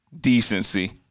decency